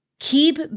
Keep